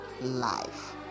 life